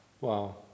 Wow